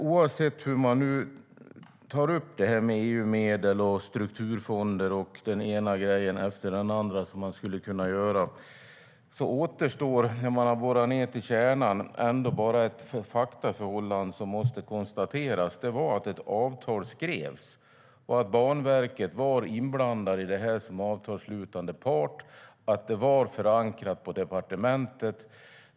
Oavsett hur man tar upp EU-medel, strukturfonder och det ena efter det andra som skulle kunna göras återstår när vi borrar ned till kärnan ett faktaförhållande som måste konstateras: Ett avtal skrevs, Banverket var inblandat i det som avtalsslutande part och det var förankrat på departementet.